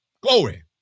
Glory